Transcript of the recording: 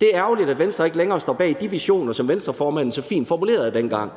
Det er ærgerligt, at Venstre ikke længere står bag de visioner, som Venstreformanden så fint formulerede dengang.